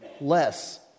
less